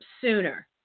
sooner